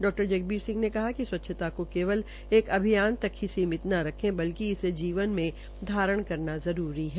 डा जगबीर सिंह ने कहा कि स्वच्छता को केवल एक अभियान तक ही न सीमित रखें बलिक इसे जीवन में धारण करना जरूरी है